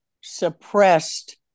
suppressed